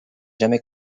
jamais